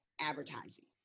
advertising